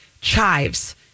chives